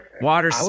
water